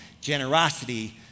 generosity